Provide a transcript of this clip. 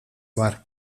var